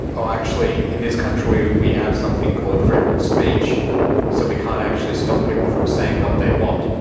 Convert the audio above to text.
oh actually in this country we have something called freedom of speech so we can't actually stop people from saying what they want.